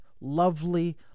Lovely